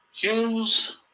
Hughes